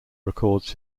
records